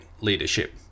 leadership